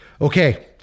Okay